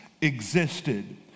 existed